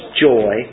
joy